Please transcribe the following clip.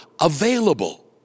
available